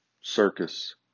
circus